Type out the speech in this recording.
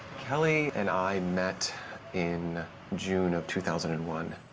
kelly and i met in june of two thousand and one.